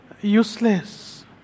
useless